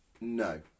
no